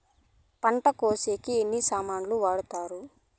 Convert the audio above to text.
పంట కోసేకి ఏమి సామాన్లు వాడుతారు?